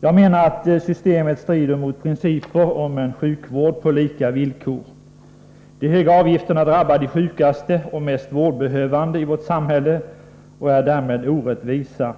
Jag menar att systemet strider mot principen om en sjukvård på lika villkor. De höga avgifterna drabbar de sjukaste och mest vårdbehövande i vårt samhälle och är därmed orättvisa.